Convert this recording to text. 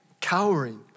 cowering